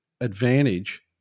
advantage